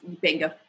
Bingo